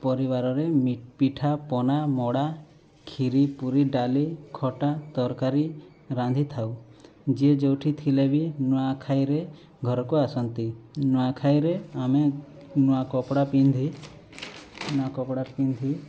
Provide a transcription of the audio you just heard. ପରିବାରରେ ପିଠାପନା ମଡ଼ା କ୍ଷୀରି ପୁରୀ ଡାଲି ଖଟା ତରକାରୀ ରାନ୍ଧିଥାଉ ଯିଏ ଯେଉଁଠି ଥିଲେ ବି ନୂଆଁଖାଇରେ ଘରକୁ ଆସନ୍ତି ନୂଆଁଖାଇରେ ଆମେ ନୂଆ କପଡ଼ା ପିନ୍ଧି ନୂଆ କପଡ଼ା ପିନ୍ଧି